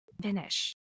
finish